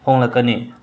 ꯍꯣꯡꯂꯛꯀꯅꯤ